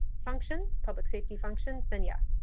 functions, public safety functions, then yes.